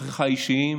לצרכיך האישיים